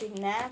പിന്നെ